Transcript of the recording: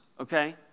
okay